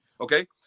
okay